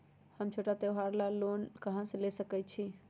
हम छोटा त्योहार ला लोन कहां से ले सकई छी?